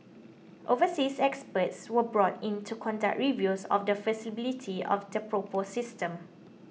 overseas experts were brought in to conduct reviews of the feasibility of the proposed system